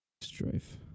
Strife